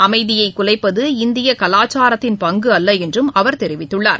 அமைதியை குலைப்பது இந்திய கலாச்சாரத்தின் பங்கு அல்ல என்றும் அவர் தெரிவித்துள்ளார்